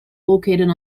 located